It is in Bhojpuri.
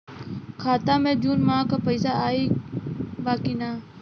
खाता मे जून माह क पैसा आईल बा की ना?